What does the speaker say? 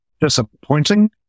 disappointing